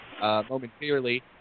momentarily